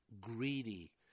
greedy